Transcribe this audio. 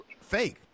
fake